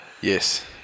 Yes